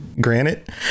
granite